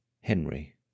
Henry